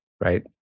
right